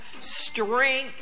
strength